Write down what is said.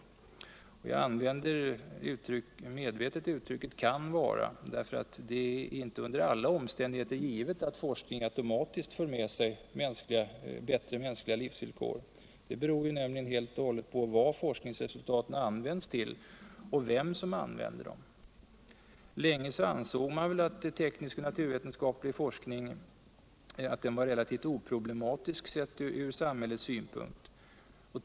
Jag använde medvetet uttrycket ”kan vara”, därför att det inte under alla omständigheter är givet att forskning automatiskt för med sig bättre mänskliga tivsvillkor. Det beror på vad forskningsresultaten används till och vem som använder dem. Länge ansågs väl teknisk och naturvetenskaplig forskning som relativt oproblematisk, seu från samhällets synpunkt.